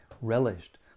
relished